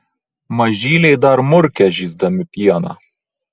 mažyliai dar murkia žįsdami pieną